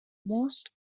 most